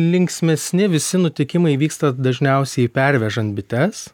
linksmesni visi nutikimai vyksta dažniausiai pervežan bites